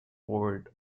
board